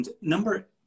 number